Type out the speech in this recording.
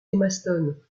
maston